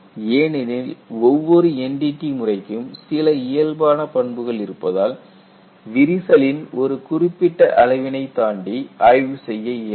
ஏனெனில் ஒவ்வொரு NDT முறைக்கும் சில இயல்பான பண்புகள் இருப்பதால் விரிசலின் ஒரு குறிப்பிட்ட அளவினை தாண்டி ஆய்வு செய்ய இயலாது